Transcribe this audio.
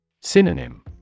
Synonym